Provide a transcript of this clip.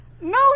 no